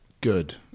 Good